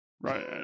Right